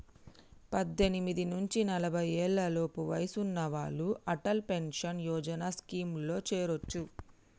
పద్దెనిమిది నుంచి నలభై ఏళ్లలోపు వయసున్న వాళ్ళు అటల్ పెన్షన్ యోజన స్కీమ్లో చేరొచ్చు